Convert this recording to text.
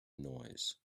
noise